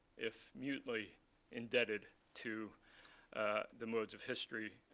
if mutely indebted to the modes of history,